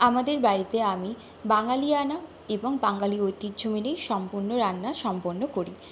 আমাদের বাড়িতে আমি বাঙালিয়ানা এবং বাঙালি ঐতিহ্য মেনেই সম্পূর্ণ রান্না সম্পন্ন করি